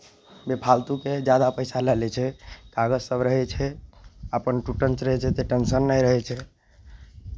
बेफालतूके जादा पैसा लऽ लै छै कागज सभ रहै छै अपन टुटञ्च रहै छै तऽ टेन्शन नहि रहै छै